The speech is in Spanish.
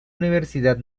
universidad